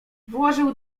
włożył